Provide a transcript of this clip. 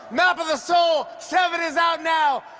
map of the soul seven is out now!